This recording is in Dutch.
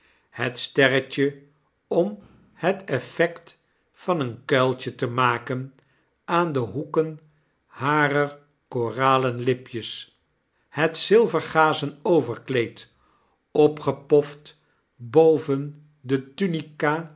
het sterretje om het effect van een kuiltje te maken aan de hoeken harer koralen lipjes het zilvergazen overkleed opgepoft boven de tunica